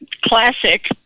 classic